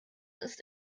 ist